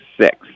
six